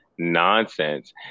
nonsense